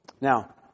Now